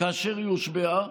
כאשר היא הושבעה,